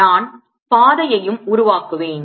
நான் பாதையையும் உருவாக்குவேன்